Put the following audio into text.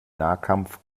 nahkampf